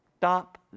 Stop